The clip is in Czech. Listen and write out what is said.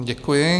Děkuji.